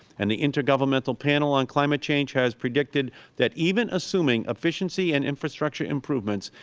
and the intergovernmental panel on climate change has predicted that even assuming efficiency and infrastructure improvements,